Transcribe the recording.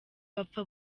bapfa